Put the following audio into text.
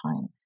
time